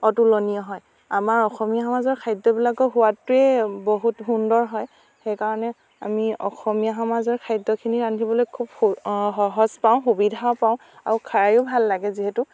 অতুলনীয় হয় আমাৰ অসমীয়া সমাজৰ খাদ্য়বিলাকৰ সোৱাদটোৱেই বহুত সুন্দৰ হয় সেইকাৰণে আমি অসমীয়া সমাজৰ খাদ্য়খিনি ৰান্ধিবলৈ খুব সু সহজ পাওঁ সুবিধাও পাওঁ আৰু খাইয়ো ভাল লাগে যিহেতু